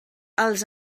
els